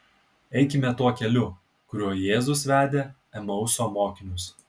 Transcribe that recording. eikime tuo keliu kuriuo jėzus vedė emauso mokinius